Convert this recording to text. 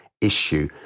issue